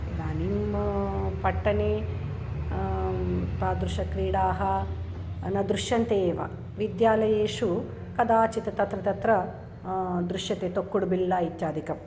इदानीं पट्टने तादृशक्रीडाः न दृश्यन्ते एव विद्यालयेषु कदाचित् तत्र तत्र दृश्यन्ते तोक्कुडुबिल्ला इत्यादिकाः